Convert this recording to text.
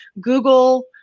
Google